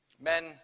Men